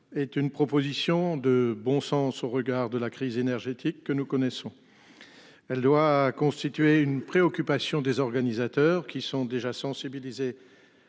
Est une proposition de bon sens au regard de la crise énergétique que nous connaissons. Elle doit constituer une préoccupation des organisateurs qui sont déjà sensibilisés